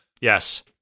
Yes